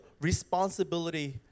responsibility